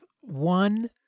one